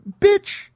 Bitch